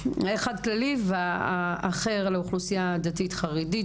אחד כללי ואחד לאוכלוסייה דתית חרדית,